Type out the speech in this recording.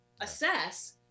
assess